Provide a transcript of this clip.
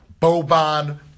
Boban